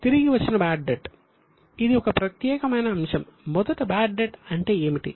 తిరిగివచ్చిన bad debt ఇది ఒక ప్రత్యేకమైన అంశం మొదట బాడ్ డెట్ అంటే ఏమిటి